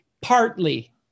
Partly